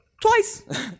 twice